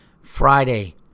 Friday